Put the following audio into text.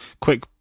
Quick